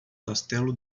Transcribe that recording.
castelo